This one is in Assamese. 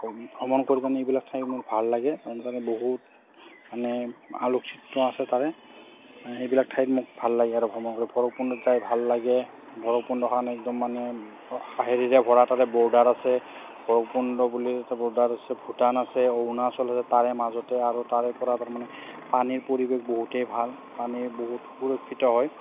ভ্ৰমণ কৰিব কাৰণে এইবিলাক ঠাই মোৰ ভাল লাগে কাৰণ তাতে বহুত মানে আলোকচিত্ৰ আছে তাৰে এইবিলাক ঠাইত মোক ভাল লাগে আৰু ভ্ৰমণ কৰি ভৈৰৱকুণ্ডত যাই ভাল লাগে ভৈৰৱকুণ্ডখন একদম মানে ভৰা তাতে বৰ্ডাৰ আছে ভৈৰৱকুণ্ড বুলি বৰ্ডাৰ আছে ভূটান আছে অৰুণাচল আছে তাৰে মাজতে আৰু তাৰে পৰা তাৰমানে পানীৰ পৰিৱেশ বহুতেই ভাল পানীৰ বহুত সুৰক্ষিত হয়